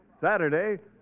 Saturday